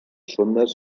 sondes